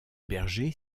bergers